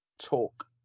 talk